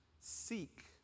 Seek